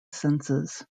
senses